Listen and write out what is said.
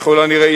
ככל הנראה,